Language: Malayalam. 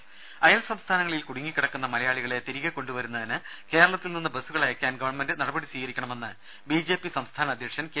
രേര അയൽ സംസ്ഥാനങ്ങളിൽ കുടുങ്ങി കിടക്കുന്ന മലയാളികളെ തിരികെ കൊണ്ടുവരുന്നതിന് കേരളത്തിൽ നിന്ന് ബസ്സുകൾ അയക്കാൻ ഗവൺമെന്റ് നടപടി സ്വീകരിക്കണമെന്ന് ബിജെപി സംസ്ഥാന അധ്യക്ഷൻ കെ